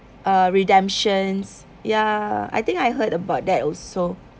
uh redemptions ya I think I heard about that also